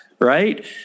right